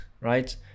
right